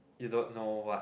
you don't know what